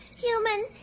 Human